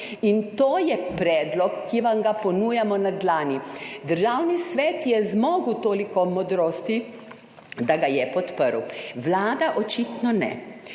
in to je predlog, ki vam ga ponujamo na dlani. Državni svet je zmogel toliko modrosti, da ga je podprl, Vlada očitno ne,